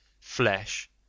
flesh